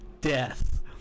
death